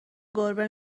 گربه